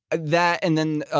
that. and then,